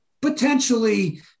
potentially